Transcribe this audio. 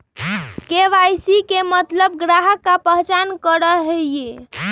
KYC के मतलब ग्राहक का पहचान करहई?